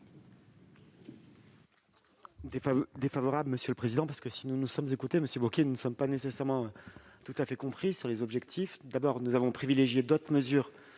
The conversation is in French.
défavorable. Quel est l'avis du Gouvernement ? Si nous nous sommes écoutés, monsieur Bocquet, nous ne nous sommes pas nécessairement tout à fait compris sur les objectifs. D'abord, nous avons privilégié d'autres mesures